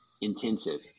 intensive